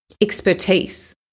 expertise